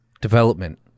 development